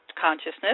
Consciousness